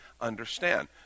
understand